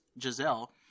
Giselle